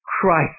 Christ